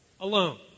alone